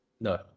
No